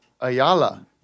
Ayala